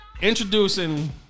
Introducing